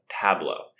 Tableau